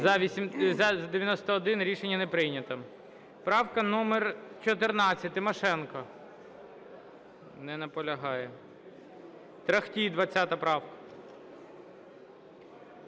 За-91 Рішення не прийнято. Правка номер 14, Тимошенко. Не наполягає. Торохтій, 20 правка.